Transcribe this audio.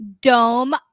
Dome